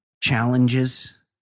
Challenges